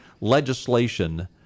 legislation